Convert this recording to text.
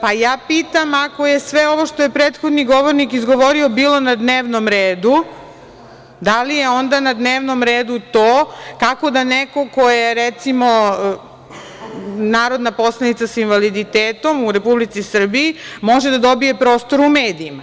Pa, ja pitam – ako je sve ovo što je prethodni govornik izgovorio, bilo na dnevnom redu, da li je onda na dnevnom redu to, kako da neko ko je recimo, narodna poslanica sa invaliditetom u Republici Srbiji, može da dobije prostor u medijima?